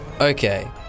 Okay